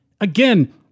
Again